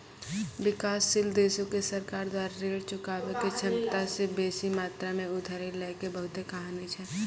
विकासशील देशो के सरकार द्वारा ऋण चुकाबै के क्षमता से बेसी मात्रा मे उधारी लै के बहुते कहानी छै